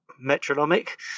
metronomic